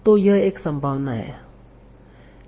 तो यह एक संभावना है